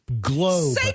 globe